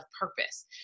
purpose